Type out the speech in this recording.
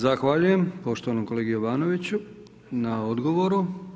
Zahvaljujem poštovanom kolegi Jovanoviću na odgovoru.